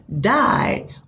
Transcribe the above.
died